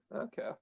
Okay